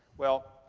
well,